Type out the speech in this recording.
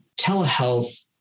Telehealth